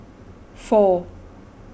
four